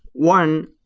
one,